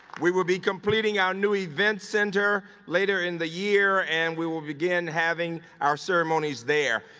we will be completing our new events center later in the year and we will begin having our ceremonies there.